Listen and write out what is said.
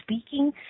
speaking